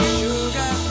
sugar